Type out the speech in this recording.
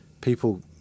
People